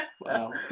wow